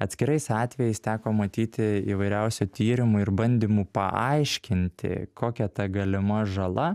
atskirais atvejais teko matyti įvairiausių tyrimų ir bandymų paaiškinti kokia ta galima žala